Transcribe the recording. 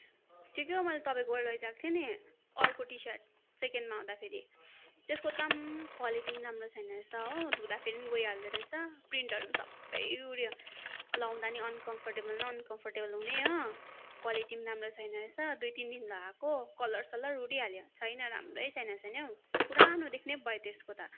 त्यो के हो मैले तपाईँकोबाट लागेको थिएँ नि अर्को टी सर्ट सेकेन्डमा आउँदाखेरि त्यसको त आम् क्वालिटी पनि राम्रो छैन रहेछ हो धुँदाखेरि पनि गइहाल्दो रहेछ प्रिन्टहरू पनि सबै उड्यो लाउँदा पनि अनकमफोर्टेबल न अनकमफोर्टेबल हुने हो क्वालिटी पनि राम्रो छैन रहेछ दुई तिन दिन लगाएको कलरसलर उडिहाल्यो छैन राम्रै छैन रहेछ नि हौ पुरानो देख्ने पो भयो त्यस्को त